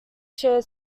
share